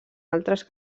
altres